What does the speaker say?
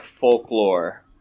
folklore